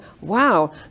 wow